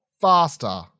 Faster